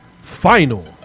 final